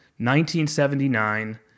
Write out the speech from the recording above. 1979